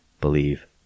Believe